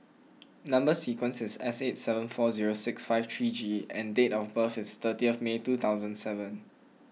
Number Sequence is S eight seven four zero six five three G and date of birth is thirtieth May two thousand and seven